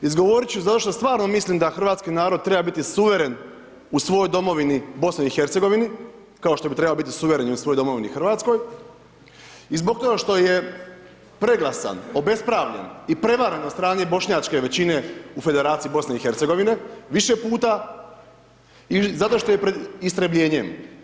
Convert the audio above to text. Izgovoriti ću zato što stvarno mislim da hrvatski narod treba biti suveren u svojoj domovini BiH, kao što bi trebao biti suvereni u svojoj domovini RH i zbog toga što je preglasan, obespravljen i prevaren od strane bošnjačke većine u Federaciji BiH više puta i zato što je pred istrebljenjem.